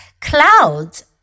Clouds